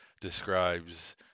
describes